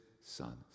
sons